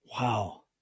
Wow